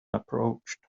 approached